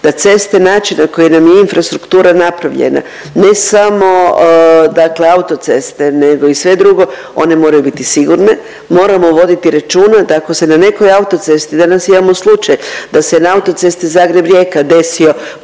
da ceste način na koji nam je infrastruktura napravljena ne samo autoceste nego i sve drugo one moraju biti sigurne, moramo voditi računa da ako se na nekoj autocesti, danas imamo slučaj da se na autocesti Zagreb-Rijeka desio